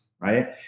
right